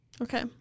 Okay